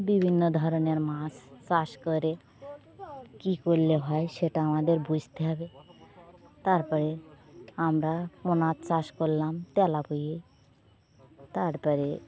বিভিন্ন ধরনের মাছ চাষ করে কী করলে হয় সেটা আমাদের বুঝতে হবে তারপরে আমরা পোনার চাষ করলাম তেলাপিয়া তারপরে